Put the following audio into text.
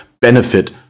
benefit